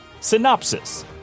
Synopsis